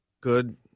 good